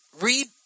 read